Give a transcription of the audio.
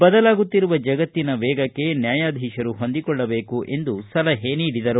ಬದಲಾಗುತ್ತಿರುವ ಜಗತ್ತಿನ ವೇಗಕ್ಕೆ ನ್ಯಾಯಾದೀಶರು ಹೊಂದಿಕೊಳ್ಳಬೇಕು ಎಂದು ಸಲಹೆ ನೀಡಿದರು